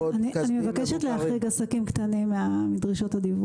דוחות כספיים --- אני מבקשת להחריג עסקים קטנים מדרישות הדיווח.